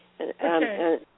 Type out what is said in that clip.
Okay